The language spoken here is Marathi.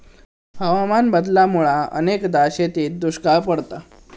हवामान बदलामुळा अनेकदा शेतीत दुष्काळ पडता